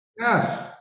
Yes